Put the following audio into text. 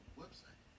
website